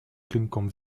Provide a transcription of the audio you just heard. клинком